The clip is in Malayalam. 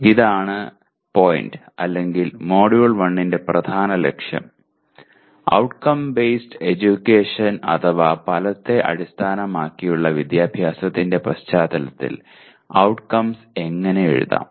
ഇതാണ് പോയിന്റ് അല്ലെങ്കിൽ മൊഡ്യൂൾ 1 ന്റെ പ്രധാന ലക്ഷ്യം ഔട്ട്കം ബേസ്ഡ് എഡ്യൂക്കേഷൻ അഥവാ ഫലത്തെ അടിസ്ഥാനമാക്കിയുള്ള വിദ്യാഭ്യാസത്തിന്റെ പശ്ചാത്തലത്തിൽ ഔട്ട്കംസ് എങ്ങനെ എഴുതാം